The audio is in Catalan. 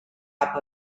cap